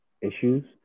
issues